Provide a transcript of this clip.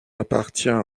appartient